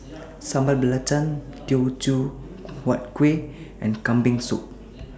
Sambal Belacan Teochew Huat Kueh and Kambing Soup